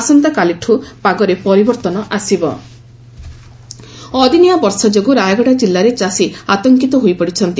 ଆସନ୍ତାକାଲିଠୁ ପାଗରେ ପରିବର୍ଭନ ଆସିବ ଅଦିନିଆ ବର୍ଷା ଯୋଗୁଁ ରାୟଗଡା ଜିଲ୍ଲାରେ ଚାଷୀ ଆତଙ୍କିତ ହୋଇପଡିଛନ୍ତି